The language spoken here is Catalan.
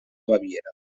baviera